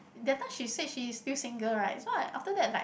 that time she says she is still single right so I after that like